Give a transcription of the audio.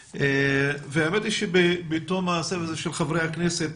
בתום הסבב הזה של חברי הכנסת,